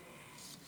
ילדיהם